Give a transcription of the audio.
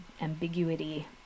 ambiguity